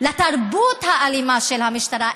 לתרבות האלימה של המשטרה.